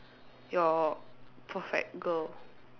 your perfect girl